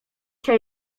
się